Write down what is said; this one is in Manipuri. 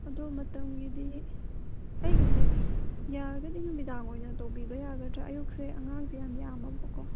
ꯑꯗꯣ ꯃꯇꯝꯒꯤꯗꯤ ꯑꯩꯒꯤꯁꯦ ꯌꯥꯔꯒꯗꯤ ꯅꯨꯃꯤꯗꯥꯡ ꯑꯣꯏꯅ ꯇꯧꯕꯤꯕ ꯌꯥꯒꯗ꯭ꯔꯥ ꯑꯌꯨꯛꯁꯦ ꯑꯉꯥꯡꯁꯦ ꯌꯥꯝ ꯌꯥꯝꯃꯕꯀꯣ